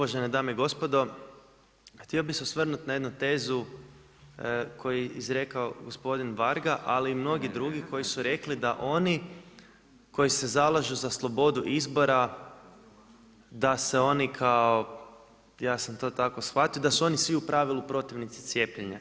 Uvažene dame i gospodo, htio bih se osvrnuti na jednu tezu koju je izrekao gospodin Varga, ali i mnogi drugi koji su rekli da oni koji se zalažu za slobodu izbora da se oni kao, ja sam to tako shvatio, da su oni svi u pravilu protivnici cijepljenja.